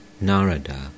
Narada